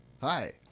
Hi